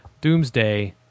Doomsday